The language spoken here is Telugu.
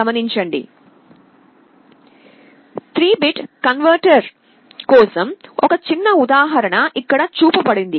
3 బిట్ కన్వర్టర్ కోసం ఒక చిన్న ఉదాహరణ ఇక్కడ చూపబడింది